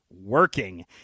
working